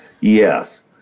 yes